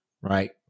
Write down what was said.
Right